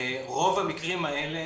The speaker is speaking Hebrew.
רוב המקרים האלה,